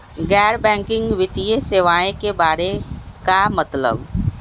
गैर बैंकिंग वित्तीय सेवाए के बारे का मतलब?